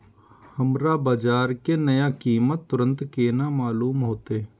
हमरा बाजार के नया कीमत तुरंत केना मालूम होते?